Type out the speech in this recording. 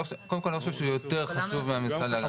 קודם כל אני לא חושב שהוא יותר חשוב מהמשרד להגנת הסביבה.